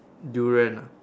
Durian ah